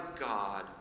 God